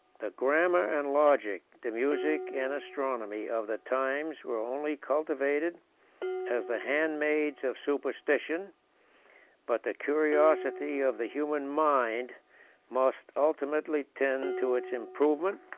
the grammar and logic, the music and astronomy, of the times, were only cultivated as the handmaids of superstition but the curiosity of the human mind must ultimately tend to its improvement,